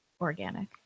organic